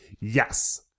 Yes